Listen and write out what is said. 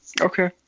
Okay